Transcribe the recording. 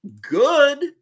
Good